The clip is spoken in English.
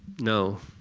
no.